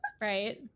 Right